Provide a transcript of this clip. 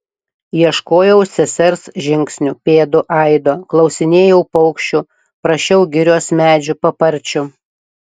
ieškojau sesers žingsnių pėdų aido klausinėjau paukščių prašiau girios medžių paparčių